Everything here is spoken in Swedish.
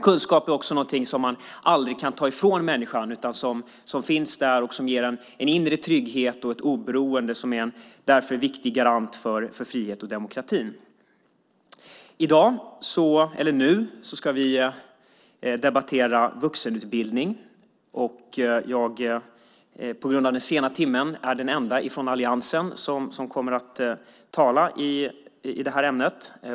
Kunskap är också någonting som man aldrig kan ta ifrån människan, utan den finns där och ger en inre trygghet och ett oberoende som är en viktig garant för frihet och demokrati. Nu debatterar vi vuxenutbildning. På grund av den sena timmen är jag den enda från alliansen som kommer att tala i det här ämnet.